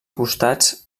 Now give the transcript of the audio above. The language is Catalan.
costats